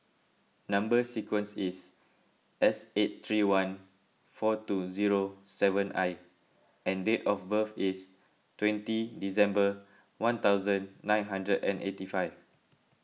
Number Sequence is S eight three one four two zero seven I and date of birth is twenty December one thousand nine hundred and eighty five